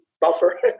buffer